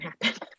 happen